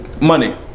money